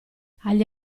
agli